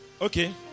okay